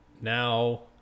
now